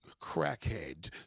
crackhead